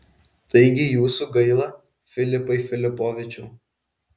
taigi jūsų gaila filipai filipovičiau